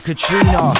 Katrina